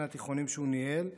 אלה שני התיכונים שהוא ניהל.